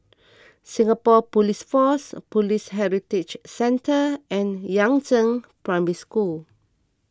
Singapore Police Force Police Heritage Centre and Yangzheng Primary School